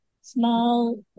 small